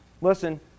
Listen